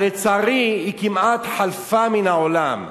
אבל לצערי, היא כמעט חלפה מן העולם.